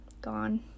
gone